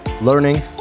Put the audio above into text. learning